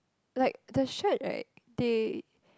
like the shade right they